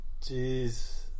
jeez